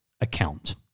account